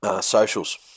Socials